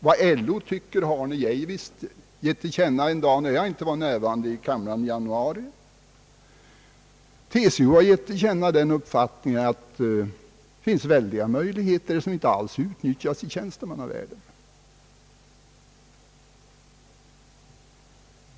Vad LO anser har Arne Geijer gett till känna. TCO har gett till känna den uppfattningen att det finns stora möjligheter som inte alls utnyttjas i tjänstemannavärlden, alltså i fråga om att ordna trygghet vid arbetslöshet.